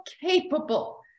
capable